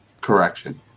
correction